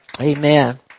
Amen